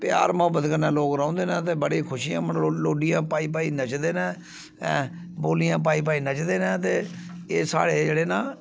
प्यार मुहब्बत कन्नै लोग रौंह्दे न ते बड़ी खुशी लुड्डियां पाई पाई नचदे न ऐ बोलियां पाई पाई नचदे न ते एह् साढ़े जेह्ड़े न